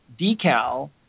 decal